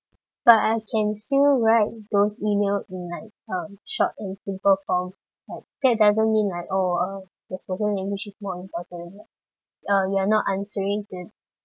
but I can still write those email in like um short and simple form like that doesn't mean like oh uh the spoken language is more important uh you're not answering to it